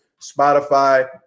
Spotify